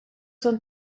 son